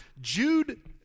Jude